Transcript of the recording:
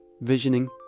visioning